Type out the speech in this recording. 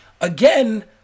Again